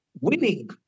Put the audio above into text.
winning